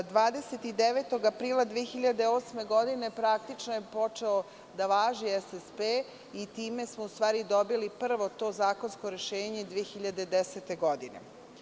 Dana 29. aprila 2008. godine praktično je počeo da važi SSP i time smo zapravo dobili prvo to zakonsko rešenje 2010. godine.